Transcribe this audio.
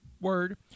Word